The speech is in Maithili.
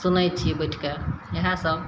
सुनै छिए बैठिके इएहसब